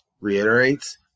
reiterates